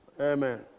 Amen